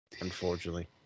Unfortunately